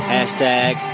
Hashtag